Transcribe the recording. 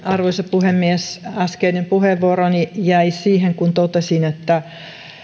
arvoisa puhemies äskeinen puheenvuoroni jäi siihen kun totesin että